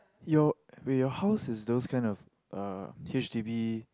your your house is those kind of uh H_D_B